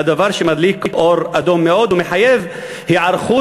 דבר שמדליק אור אדום מאוד ומחייב היערכות